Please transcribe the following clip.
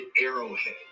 Arrowhead